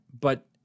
but-